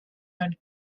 and